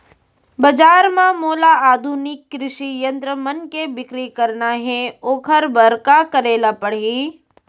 बजार म मोला आधुनिक कृषि यंत्र मन के बिक्री करना हे ओखर बर का करे ल पड़ही?